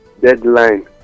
deadline